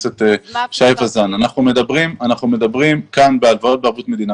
אנחנו מדברים כאן בהלוואות בערבות מדינה,